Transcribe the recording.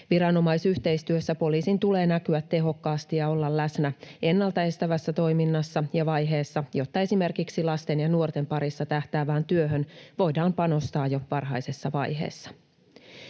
Viranomaisyhteistyössä poliisin tulee näkyä tehokkaasti ja olla läsnä ennaltaestävässä toiminnassa ja vaiheessa, jotta esimerkiksi lasten ja nuorten parissa tehtävään työhön voidaan panostaa jo varhaisessa vaiheessa.